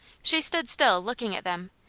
she stood still, looking at them.